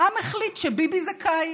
העם החליט שביבי זכאי.